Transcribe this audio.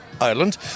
Ireland